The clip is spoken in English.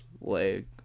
leg